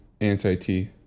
anti-tea